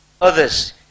others